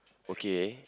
okay